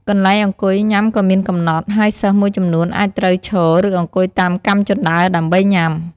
កន្លែងអង្គុយញ៉ាំក៏មានកំណត់ ហើយសិស្សមួយចំនួនអាចត្រូវឈរ ឬអង្គុយតាមកាំជណ្ដើរដើម្បីញ៉ាំ។